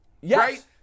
yes